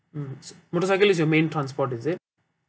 mm motorcycle is your main transport is it